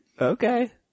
Okay